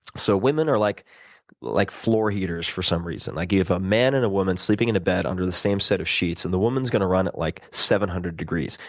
so, women are like like floor heaters for some reason. like if a man and a woman, sleeping in a bed under the same set of sheets, and the woman's going to run at like seven hundred degrees.